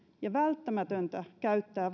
ja välttämätöntä käyttää